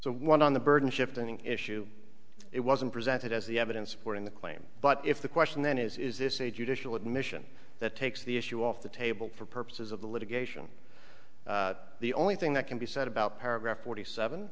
so one on the burden shifting issue it wasn't presented as the evidence supporting the claim but if the question then is is this a judicial admission that takes the issue off the table for purposes of the litigation the only thing that can be said about paragraph forty seven